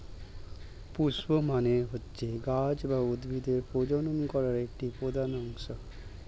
পুস্প মানে হচ্ছে গাছ বা উদ্ভিদের প্রজনন করা একটি প্রধান অংশ